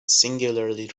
singularly